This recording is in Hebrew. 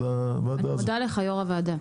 תודה, יו"ר הוועדה.